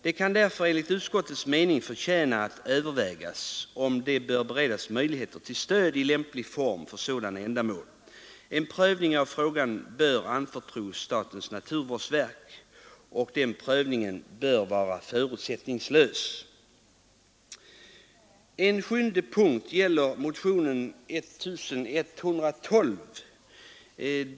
Det kan därför enligt utskottets mening förtjäna att övervägas om de bör beredas möjligheter till stöd i lämplig form för sådana ändamål. En prövning av frågan bör anförtros statens naturvårdsverk, och den prövningen bör vara förutsättningslös. En sjunde punkt gäller motionen 1112.